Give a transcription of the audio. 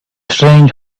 strange